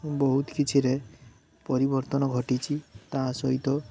ବହୁତ କିଛିରେ ପରିବର୍ତ୍ତନ ଘଟିଛି ତା ସହିତ